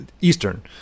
Eastern